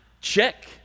Check